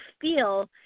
feel